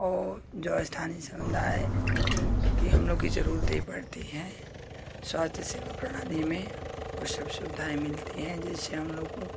और जो स्थानीय समुदाय की हम लोग की जरूरतें पड़ती हैं स्वास्थ्य सेवा प्रणाली में वो सब सुविधाएँ मिलती हैं जैसे हम लोग को